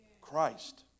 Christ